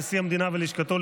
נשיא המדינה ולשכתו,